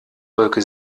wolke